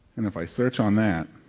and if i search on that,